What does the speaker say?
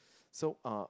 so uh